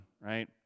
right